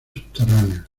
subterráneas